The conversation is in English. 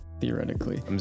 theoretically